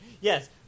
Yes